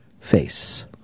face